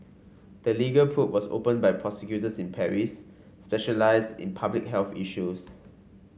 the legal probe was opened by prosecutors in Paris specialised in public health issues